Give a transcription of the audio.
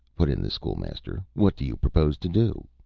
put in the school-master, what do you propose to do?